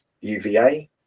UVA